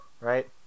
right